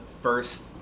first